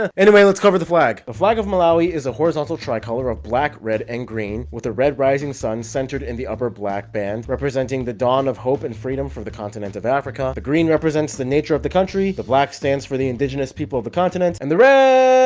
anyway, let's cover the flag the flag of malawi is a horizontal tricolour of black red and green with a red rising sun centered in the upper black band representing the dawn of hope and freedom for the continent of africa the green represents the nature of the country the black stands for the indigenous people of the continent and the red